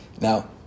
Now